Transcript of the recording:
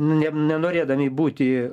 ne nenorėdami būti